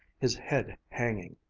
his head hanging.